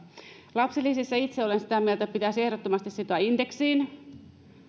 lapsilisistä itse olen sitä mieltä että ne pitäisi ehdottomasti sitoa indeksiin